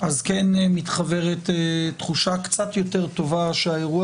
אז כן מתחוורת תחושה קצת יותר טובה שהאירוע